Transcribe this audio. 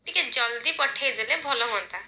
ଟିକେ ଜଲଦି ପଠାଇଦେଲେ ଭଲ ହୁଅନ୍ତା